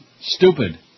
Stupid